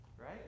right